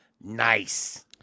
Nice